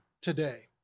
today